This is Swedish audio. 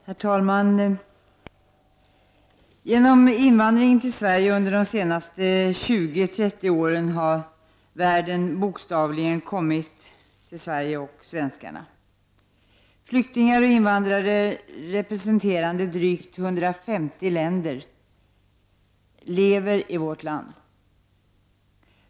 Herr talman! Genom invandringen till Sverige under de senaste 20-30 åren har världen bokstavligen kommit till Sverige och svenskarna. Flyktingar och invandrare representerande drygt 150 länder lever i vårt land.